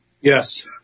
Yes